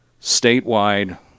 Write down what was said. statewide